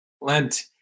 Lent